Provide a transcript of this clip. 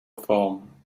form